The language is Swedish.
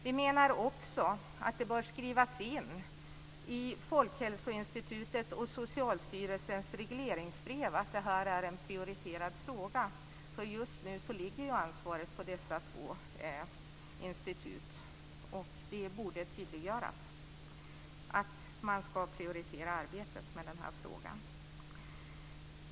Vi menar också att det bör skrivas in i Folkhälsoinstitutets och Socialstyrelsens regleringsbrev att detta är en prioriterad fråga. Just nu ligger ansvaret på dessa två institut, och det borde tydliggöras att man ska prioritera arbetet med den här frågan.